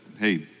hey